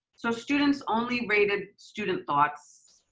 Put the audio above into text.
so students only rated student thoughts.